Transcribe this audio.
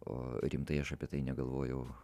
o rimtai aš apie tai negalvojau